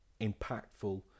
impactful